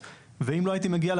בקהילה.